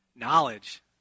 Knowledge